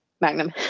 Magnum